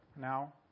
Now